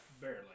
barely